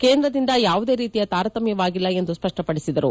ಕೇಂದ್ರದಿಂದ ಯಾವುದೇ ರೀತಿಯ ತಾರತಮ್ಖವಾಗಿಲ್ಲ ಎಂದು ಸ್ವಪ್ಪಪಡಿಸಿದರು